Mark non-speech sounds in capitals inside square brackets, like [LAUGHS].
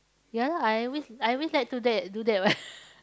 ya lah I always I always like do that do that what [LAUGHS]